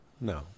no